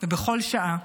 ובכל שעה,